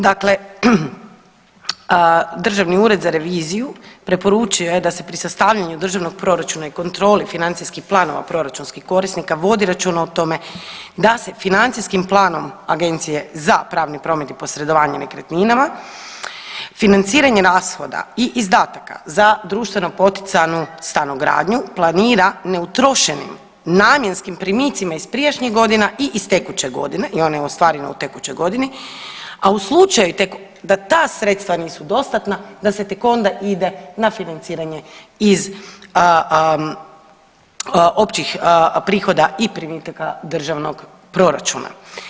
Dakle, Državni ured za reviziju preporučio je da se pri sastavljanju državnih proračuna i kontroli financijskih planova proračunskih korisnika vodi računa o tome da se financijskim planom Agencije za pravni promet i posredovanje nekretninama financiranje rashoda i izdataka za društveno poticanu stanogradnju planira neutrošenim namjenskim primicima iz prijašnjih godina i iz tekuće godine i ona je ostvarena u tekućoj godini, a u slučaju da ta sredstva nisu dostatna, da se tek onda ide na financiranje iz općih prihoda i primitaka državnog proračuna.